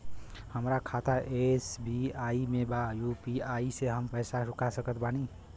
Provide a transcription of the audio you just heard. हमारा खाता एस.बी.आई में बा यू.पी.आई से हम पैसा चुका सकत बानी?